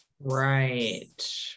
Right